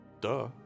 duh